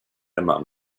among